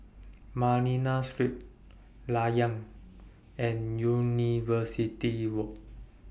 Manila Street Layar and University Walk